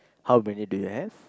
how many do you have